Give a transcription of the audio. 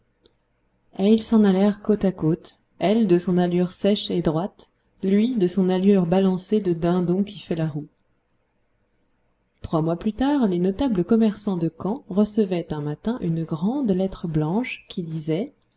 et ils s'en allèrent côte à côte elle de son allure sèche et droite lui de son allure balancée de dindon qui fait la roue trois mois plus tard les notables commerçants de caen recevaient un matin une grande lettre blanche qui disait